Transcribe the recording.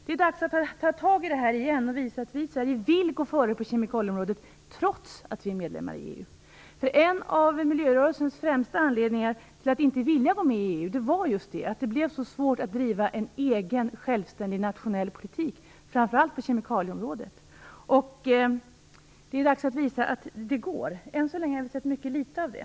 Det är dags att ta tag i detta igen och visa att vi i Sverige vill gå före på kemikalieområdet trots att vi är medlemmar i EU. En av miljörörelsens främsta anledningar till att inte vilja gå med i EU var just att det blev så svårt att driva en egen självständig nationell politik, framför allt på kemikalieområdet. Det är dags att visa att det går. Än så länge har vi inte sett så mycket av det.